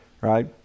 right